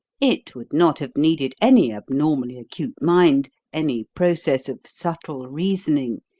it would not have needed any abnormally acute mind, any process of subtle reasoning,